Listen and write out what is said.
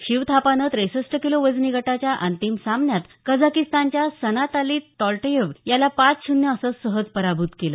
शिव थापानं त्रेसष्ट किलो वजनी गटाच्या अंतिम सामन्यात कझागिस्तानच्या सनाताली टॉल्टायेव्ह याला पाच शून्य असं सहज पराभूत केलं